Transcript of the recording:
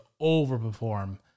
overperform